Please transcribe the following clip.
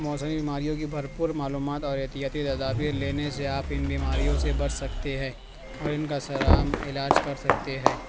موسمی بیماریوں کی بھرپور معلومات اور احتیاطی تدابیر لینے سے آپ ان بیماریوں سے بچ سکتے ہیں اور ان کا سرِعام علاج کر سکتے ہیں